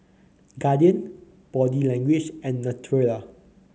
Guardian Body Language and Naturel